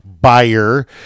buyer